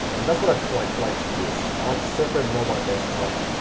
and that's what i like like to use, i like to separate mobile desktop,